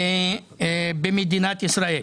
אגב, הערבים